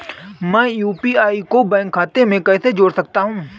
मैं यू.पी.आई को बैंक खाते से कैसे जोड़ सकता हूँ?